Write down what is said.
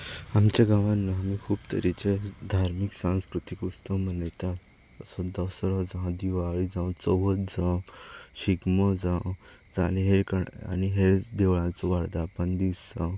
आमच्या गांवान न्हू आमी खूब तरेचे धार्मीक संस्कृतीक उत्सव मनयतात जसो दसरो जावं चवथ जावं दिवाळी जावं शिगमो जावं आनी हेर क आनी हेर देवळांचो वर्धापन दीस जावं